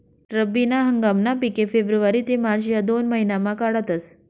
रब्बी ना हंगामना पिके फेब्रुवारी ते मार्च या दोन महिनामा काढातस